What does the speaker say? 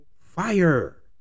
fire